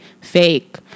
fake